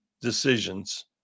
decisions